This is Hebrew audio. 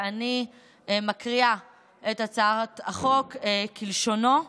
ואני מקריאה את הצעת החוק כלשונה.